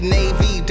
Navy